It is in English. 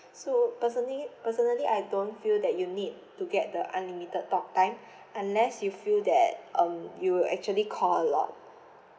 so personally personally I don't feel that you need to get the unlimited talk time unless you feel that um you actually call a lot